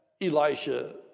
Elisha